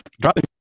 dropping